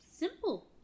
Simple